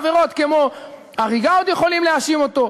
בעבירות כמו הריגה עוד יכולים להאשים אותו.